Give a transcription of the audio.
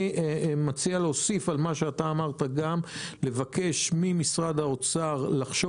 אני מציע להוסיף על מה שאתה אמרת גם לבקש ממשרד האוצר לחשוב